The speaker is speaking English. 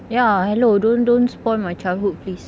ya hello don't don't spoil my childhood please